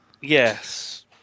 Yes